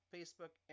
Facebook